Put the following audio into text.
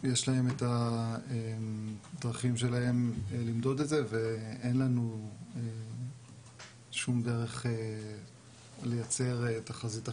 יש להם את הדרכים שלהם למדוד את זה ואין לנו שום דרך לייצר תחזית אחרת,